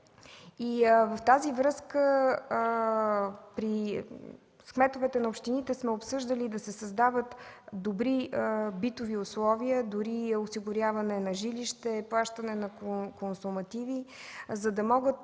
В тази връзка при кметовете на общините сме обсъждали да се създават добри битови условия, дори осигуряване на жилища, плащане на консумативи, за да могат